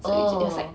oh